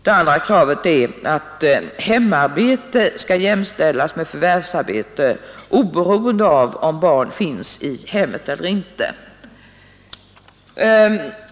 Det andra kravet är att hemarbetet skall jämställas med förvärvsarbete oberoende av om barn finns i hemmet eller ej.